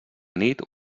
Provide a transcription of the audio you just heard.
nit